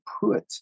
put